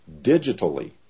digitally